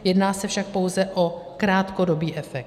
Jedná se však pouze o krátkodobý efekt.